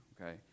okay